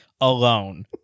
alone